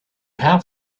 have